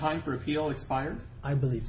time for a fee only fired i believe